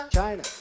China